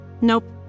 Nope